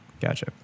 Gotcha